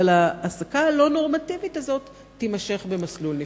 אבל ההעסקה הלא-נורמטיבית הזאת תימשך במסלול נפרד.